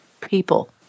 people